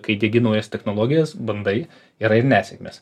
kai diegi naujas technologijas bandai yra ir nesėkmės